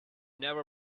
never